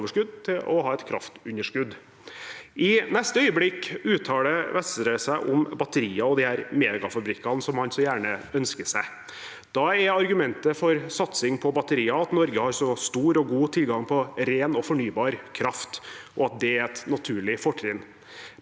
til å ha et kraftunderskudd. I neste øyeblikk uttaler Vestre seg om batterier og de megafabrikkene som han så gjerne ønsker seg. Da er argumentet for satsing på batterier at Norge har så stor og god tilgang på ren og fornybar kraft, og at det er et naturlig fortrinn.